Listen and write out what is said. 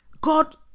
God